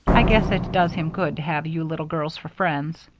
i guess it does him good to have you little girls for friends.